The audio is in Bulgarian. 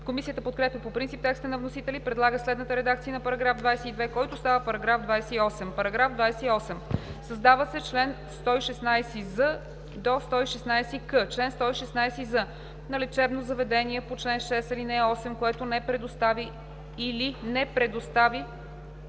Комисията подкрепя по принцип текста на вносителя и предлага следната редакция на § 22, който става § 28: „§ 28. Създават се чл. 116з – 116к: „Чл. 116з. На лечебно заведение по чл. 6, ал. 8, което не предостави или не предостави